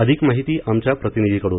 अधिक माहिती आमच्या प्रतिनिधीकडून